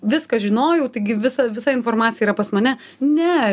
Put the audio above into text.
viską žinojau taigi visa visa informacija yra pas mane ne